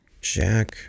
Jack